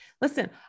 Listen